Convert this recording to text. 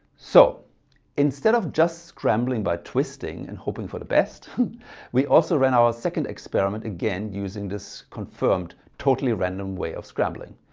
so instead of just scrambling by twisting and hoping for the best we also ran our second experiment again using this confirmed totally random way of scrambling.